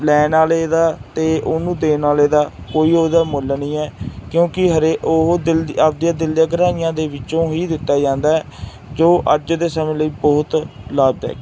ਲੈਣ ਵਾਲੇ ਦਾ ਅਤੇ ਉਹਨੂੰ ਦੇਣ ਵਾਲੇ ਦਾ ਕੋਈ ਉਹਦਾ ਮੁੱਲ ਨਹੀਂ ਹੈ ਕਿਉਂਕਿ ਹਰ ਉਹ ਦਿਲ ਆਪਦੀਆਂ ਦਿਲ ਦੀਆਂ ਗਹਿਰਾਈਆਂ ਦੇ ਵਿੱਚੋਂ ਹੀ ਦਿੱਤਾ ਜਾਂਦਾ ਜੋ ਅੱਜ ਦੇ ਸਮੇਂ ਲਈ ਬਹੁਤ ਲਾਭਦਾਇਕ